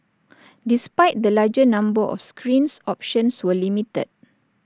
despite the larger number of screens options were limited